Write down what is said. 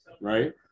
right